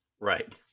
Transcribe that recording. Right